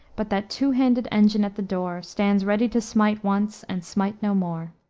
but that two-handed engine at the door stands ready to smite once and smite no more.